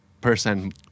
person